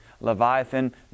Leviathan